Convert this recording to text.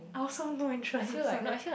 I also no interest that's why